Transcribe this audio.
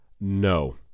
No